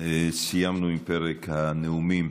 סיימנו עם פרק הנאומים,